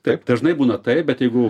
taip dažnai būna taip bet jeigu